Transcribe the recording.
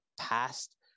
past